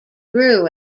grew